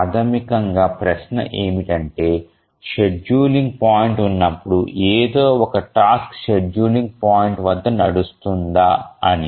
ప్రాథమికంగా ప్రశ్న ఏమిటంటే షెడ్యూలింగ్ పాయింట్ ఉన్నప్పుడు ఏదో ఒక టాస్క్ షెడ్యూలింగ్ పాయింట్ వద్ద నడుస్తుందా అని